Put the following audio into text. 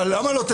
ממש לא.